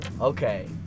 okay